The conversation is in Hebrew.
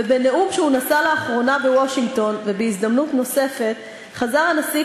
ובנאום שהוא נשא לאחרונה בוושינגטון ובהזדמנות נוספת חזר הנשיא,